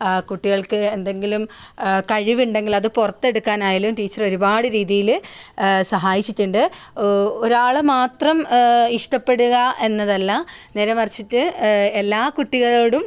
ആ കുട്ടികൾക്ക് എന്തെങ്കിലും കഴിവുണ്ടെങ്കിലും അത് പുറത്തെടുക്കാൻ ആയാലും ടീച്ചർ ഒരുപാട് രീതിയിൽ സഹായിച്ചിട്ടുണ്ട് ഒരാളെ മാത്രം ഇഷ്ടപ്പെടുക എന്നതല്ല നേരെ മറിച്ചിട്ട് എല്ലാ കുട്ടിക്കളോടും